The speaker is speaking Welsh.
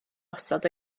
osod